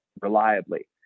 reliably